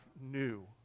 new